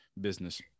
business